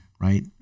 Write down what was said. right